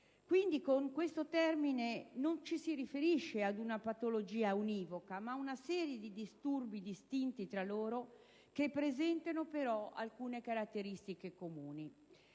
quindi, non ci si riferisce ad una patologia univoca, ma a una serie di disturbi, distinti tra loro, che presentano però alcune caratteristiche comuni.